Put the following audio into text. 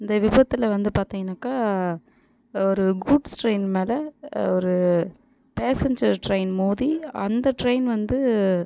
இந்த விபத்தில் வந்து பார்த்தீங்கனாக்க ஒரு கூட்ஸ் ட்ரெயின் மேல் ஒரு பேஸஞ்சர் ட்ரெயின் மோதி அந்த ட்ரெயின் வந்து